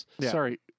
Sorry